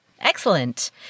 Excellent